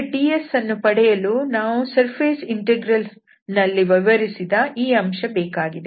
ಈಗ dsಅನ್ನು ಪಡೆಯಲು ನಮಗೆ ಸರ್ಫೇಸ್ ಇಂಟೆಗ್ರಲ್ ನಲ್ಲಿ ವಿವರಿಸಿದ ಈ ಅಂಶ ಬೇಕಾಗಿದೆ